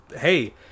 Hey